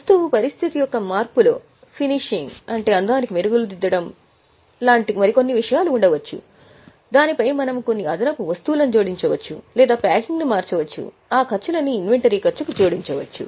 వస్తువు పరిస్థితి యొక్క మార్పులో ఫినిషింగ్ను చేయడం లాంటి మరికొన్ని విషయాలు ఉండవచ్చు దానిపై మనము కొన్ని అదనపు వస్తువులను జోడించవచ్చు లేదా ప్యాకింగ్ను మార్చవచ్చు ఈ ఖర్చులన్నీ ఇన్వెంటరీ ఖర్చుకు జోడించవచ్చు